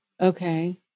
okay